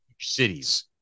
cities